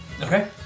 Okay